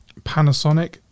Panasonic